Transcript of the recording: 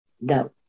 No